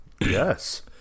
Yes